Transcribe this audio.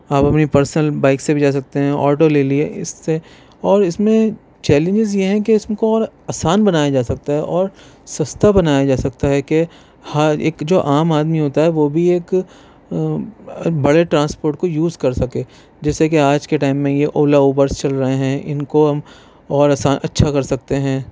آپ اپنی personal bike سے بھی جا سکتے ہیں آٹو لے لیے اس سے اور اس میں چیلنجز یہ ہیں اس کو اور آسان بنایا جا سکتا ہے اور سستا بنایا جا سکتا ہے کہ ہر ایک جو عام آدمی ہوتا ہے وہ بھی ایک بڑے ٹرانسپورٹ کو یوز کر سکے جیسے کہ آج کے ٹائم میں یہ اولا اوبر چل رہے ہیں ان کو ہم اور آسان اچھا کر سکتے ہیں